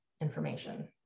information